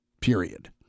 Period